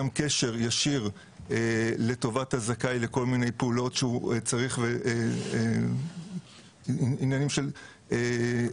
גם קשר ישיר לטובת הזכאי לכל מיני פעולות שהוא צריך ועניינים של שיחה,